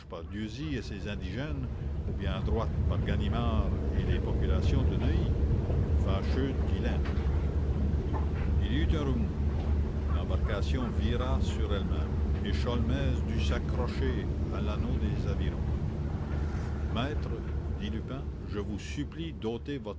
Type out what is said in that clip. ses indigènes ou bien à droite par ganimard et les populations de neuilly fâcheux dilemme il y eut un remous l'embarcation vira sur elle-même et sholmès dut s'accrocher à l'anneau des avirons maître dit lupin je vous supplie d'ôter